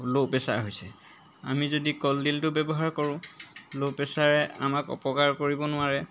ল' প্ৰেছাৰ হৈছে আমি যদি কলডিলটো ব্যৱহাৰ কৰোঁ ল' প্ৰেছাৰে আমাক অপকাৰ কৰিব নোৱাৰে